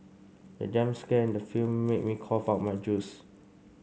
the jump scare in the film made me cough out my juice